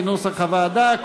כנוסח הוועדה,